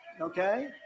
okay